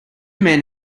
men